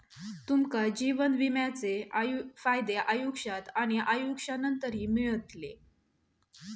तुमका जीवन विम्याचे फायदे आयुष्यात आणि आयुष्यानंतरही मिळतले